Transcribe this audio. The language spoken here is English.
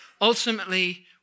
Ultimately